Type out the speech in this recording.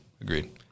Agreed